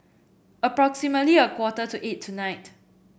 approximately a quarter to eight tonight